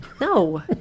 no